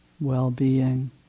well-being